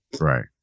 right